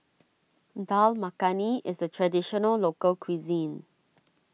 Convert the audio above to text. Dal Makhani is a Traditional Local Cuisine